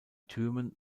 türmen